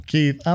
Keith